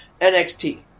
NXT